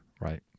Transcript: right